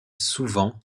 souvent